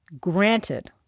Granted